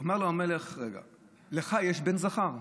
אומר המלך: רגע, לך יש בן זכר?